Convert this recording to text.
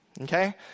Okay